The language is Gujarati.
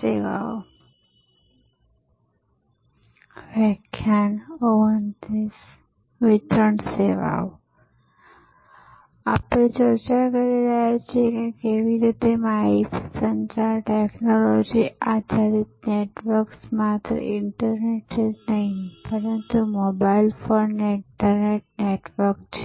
સેવાઓ આપણે ચર્ચા કરી રહ્યા છીએ કે કેવી રીતે માહિતી સંચાર ટેક્નોલોજી આધારિત નેટવર્ક માત્ર ઇન્ટરનેટ જ નહીં પરંતુ મોબાઇલ ફોન નેટવર્ક ઇન્ટરનેટ છે